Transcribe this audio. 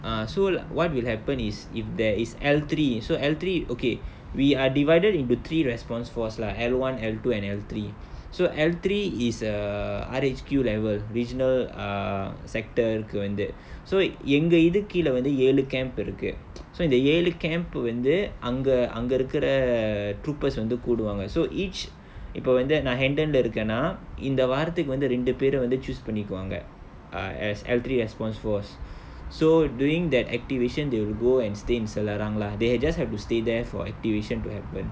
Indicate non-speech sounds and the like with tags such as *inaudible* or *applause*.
ah so what will happen is if there is L three so L three okay we are divided into three response force lah L one L two and L three so L three is err R_H_Q level regional err sector கு வந்து:ku vanthu so எங்க இதுக்கு கீழ வந்து ஏழு:enga ithukku keela vanthu elu camp இருக்கு:irukku *noise* so இந்த ஏழு:intha elu camp வந்து அங்க அங்க இருக்குற:vanthu anga anga irukkura troopers போடுவாங்க:poduvaanga so each இப்ப வந்து நா:ippa vanthu naa hendon leh இருக்கேனா இந்த வாரதுக்கு வந்து ரெண்டு பேர வந்து:irukkaenaa intha vaarathukku vanthu rendu pera vanthu choose பண்ணிகுவாங்க:pannikuvaanga ah as L three response force so during that activation they will go and stay in selarang lah they just have to stay there for activation to happen